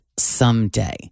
someday